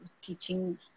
teaching